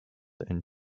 and